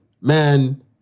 man